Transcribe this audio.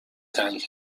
تنگ